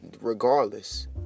regardless